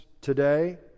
today